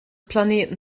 planeten